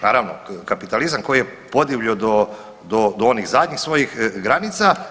Naravno kapitalizam koji je podivljao do onih zadnjih svojih granica.